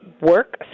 work